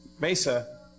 Mesa